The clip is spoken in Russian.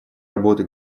работы